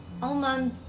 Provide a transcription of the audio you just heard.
Alman